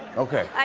okay.